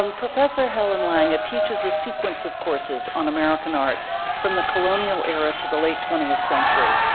um professor helen langa teaches a sequence of courses on american art from the colonial era to the late twentieth century.